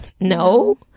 no